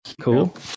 cool